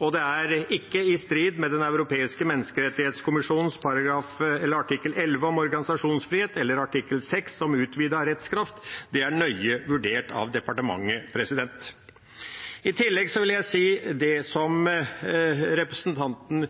Det er ikke i strid med den europeiske menneskerettskonvensjonen artikkel 11, om organisasjonsfrihet, eller artikkel 6, om utvidet rettskraft. Det er nøye vurdert av departementet. I tillegg vil jeg si det som representanten